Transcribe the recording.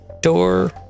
door